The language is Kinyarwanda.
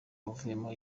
wavuyemo